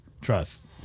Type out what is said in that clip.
Trust